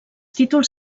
títols